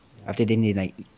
after then they like